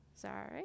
Sorry